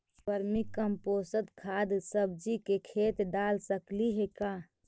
Vermi compost खाद सब्जी के खेत दाल सकली हे का?